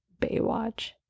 Baywatch